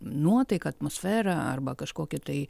nuotaiką atmosferą arba kažkokį tai